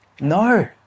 No